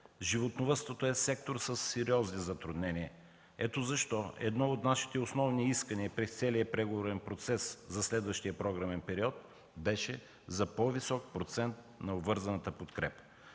Животновъдството е сектор със сериозни затруднения. Ето защо едно от нашите основни искания през целия преговорен процес за следващия програмен период беше за по-висок процент на обвързаната подкрепа.